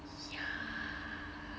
yeah